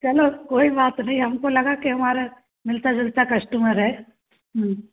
चलो कोई बात नहीं हमको लगा कि हमारा मिलता जुलता कस्टमर है हूँ